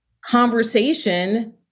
conversation